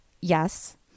Yes